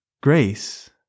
Grace